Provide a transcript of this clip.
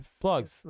Plugs